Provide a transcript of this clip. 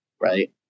right